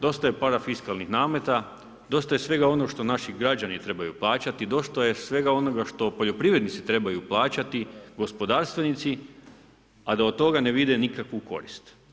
Dosta je parafiskalnih nameta, dosta je svega ono što naši građani trebaju plaćati, dosta je svega onoga što poljoprivrednici trebaju plaćati, gospodarstvenici, a da od toga ne vide nikakvu korist.